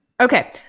okay